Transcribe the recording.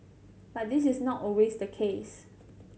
but this is not always the case